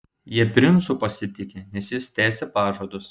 jie princu pasitiki nes jis tesi pažadus